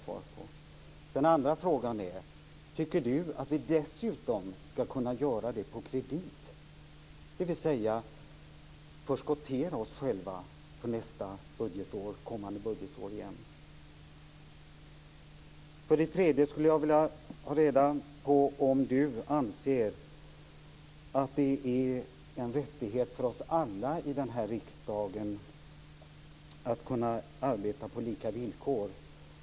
För det andra: Tycker Göran Magnusson att vi dessutom skall kunna göra det på kredit, dvs. att förskottera till oss själva för nästa och kommande budgetår. För det tredje skulle jag vilja veta om Göran Magnusson anser att det är en rättighet för oss alla i denna riksdag att kunna arbeta på lika villkor.